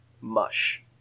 mush